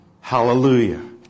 Hallelujah